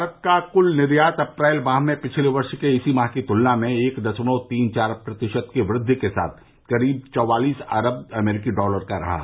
भारत का कुल निर्यात अप्रैल माह में पिछले वर्ष के इसी माह की तुलना में एक दशमलव तीन चार प्रतिशत की वृद्वि के साथ करीब चौवालिस अरब अमरीकी डॉलर का रहा